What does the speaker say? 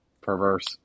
perverse